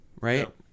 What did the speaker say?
Right